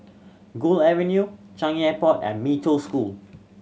Gul Avenue Changi Airport and Mee Toh School